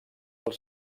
als